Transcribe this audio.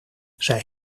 zij